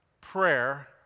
prayer